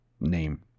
name